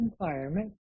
environment